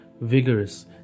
vigorous